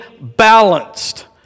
balanced